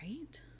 Right